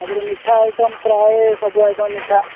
ତା'ପରେ ମିଠା ଆଇଟମ୍ ପ୍ରାୟ ସବୁ ଆଇଟମ୍ ମିଠା